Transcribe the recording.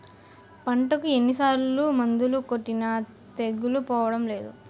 పంటకు ఎన్ని సార్లు మందులు కొట్టినా తెగులు పోవడం లేదు